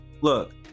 look